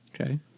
Okay